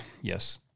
Yes